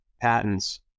patents